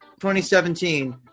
2017